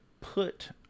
put